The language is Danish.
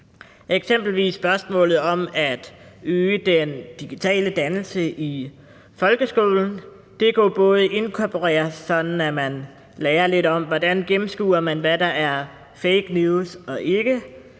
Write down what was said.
Eksempelvis er der spørgsmålet om at øge den digitale dannelse i folkeskolen; det kunne inkorporeres sådan, at man lærer lidt om, hvordan man gennemskuer, hvad der er fake news, og hvad